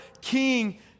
king